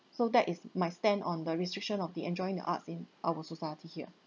so that is my stand on the restriction of the enjoying the arts in our society here